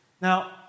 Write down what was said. Now